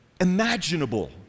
imaginable